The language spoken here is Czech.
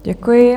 Děkuji.